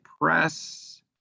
Press